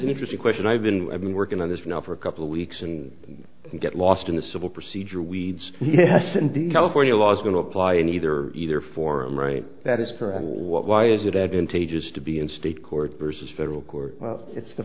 interesting question i've been i've been working on this now for a couple of weeks and we get lost in the civil procedure we'd say yes indeed california law is going to apply in either either for that is for and why is it advantageous to be in state court versus federal court it's the